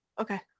Okay